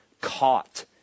caught